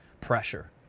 pressure